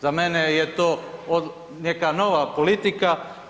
Za mene je to neka nova politika.